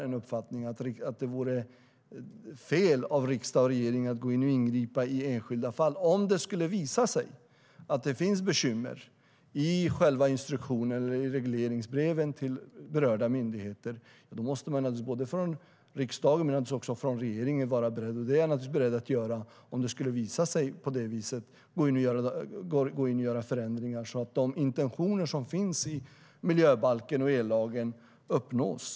Den uppfattningen tror jag att Anders Åkesson också delar. Om det skulle visa sig att det finns bekymmer i själva instruktionen eller i regleringsbreven till berörda myndigheter måste naturligtvis både riksdagen och regeringen vara beredda att gå in och göra förändringar så att de intentioner som finns i miljöbalken och ellagen uppnås.